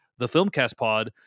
thefilmcastpod